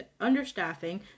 understaffing